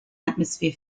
atmosphere